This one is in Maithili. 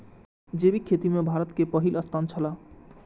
जैविक खेती में भारत के पहिल स्थान छला